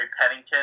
Pennington